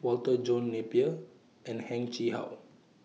Walter John Napier and Heng Chee How